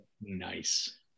Nice